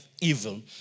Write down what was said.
evil